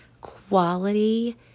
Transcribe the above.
quality